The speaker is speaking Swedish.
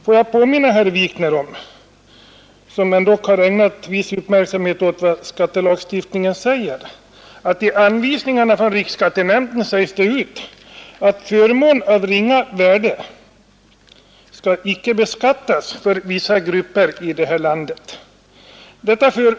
Får jag påminna herr Wikner, som ändock har ägnat viss uppmärksamhet åt vad skattelagstiftningen stadgar, om att i anvisningarna från riksskattenämnden sägs det ut att förmån av ringa värde skall inte beskattas för vissa grupper i det här landet.